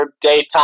daytime